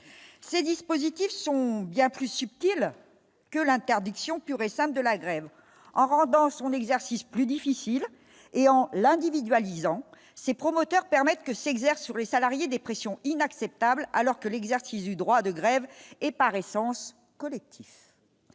ces dispositifs sont bien plus subtil que l'interdiction pure et simple de la grève en rendant son exercice plus difficile et en l'individualise en ses promoteurs permettent que s'exerce sur les salariés des pressions inacceptables, alors que l'exercice du droit de grève est par essence collectif